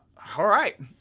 all right!